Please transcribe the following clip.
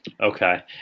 Okay